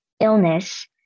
illness